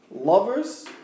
lovers